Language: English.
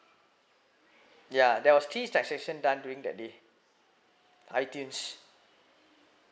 ya there was three transaction done during that day itunes